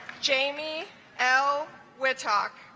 jamie l will talk